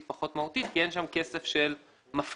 פחות מהותית כי אין שם כסף של מפקידים.